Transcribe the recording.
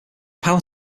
power